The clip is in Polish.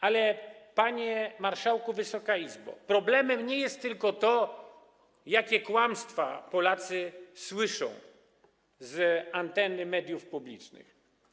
Ale, panie marszałku, Wysoka Izbo, problemem nie jest tylko to, jakie kłamstwa Polacy słyszą z anten mediów publicznych.